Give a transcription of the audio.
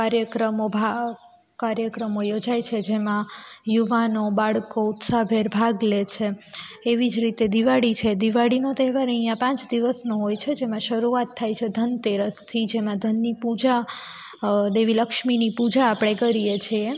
કાર્યક્રમો કાર્યક્રમો યોજાય છે જેમાં યુવાનો બાળકો ઉત્સાહભેર ભાગ લે છે એવી જ રીતે દિવાળી છે દિવાળીનો તહેવાર અહીંયા પાંચ દિવસનો હોય છે જેમાં શરૂઆત થાયે છે ધનતેરસથી જેમાં ધનની પૂજા દેવી લક્ષ્મીની પૂજા આપણે કરીએ છીએ